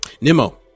nemo